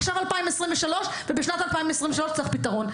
עכשיו 2023, ובשנת 2023 צריך פתרון.